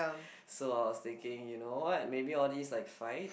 so I was thinking you know what maybe all these like fights